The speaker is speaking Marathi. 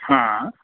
हां